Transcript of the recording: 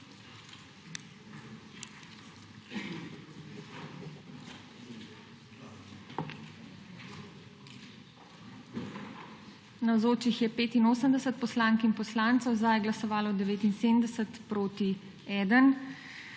Navzočih je 85 poslank in poslancev, za je glasovalo 79, proti